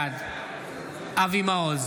בעד אבי מעוז,